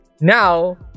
Now